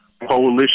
Coalition